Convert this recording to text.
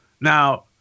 Now